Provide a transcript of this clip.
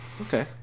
Okay